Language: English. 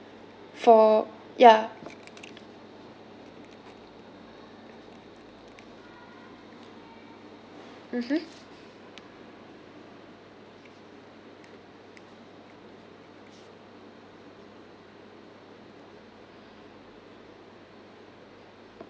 for ya mmhmm